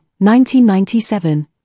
1997